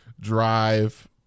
drive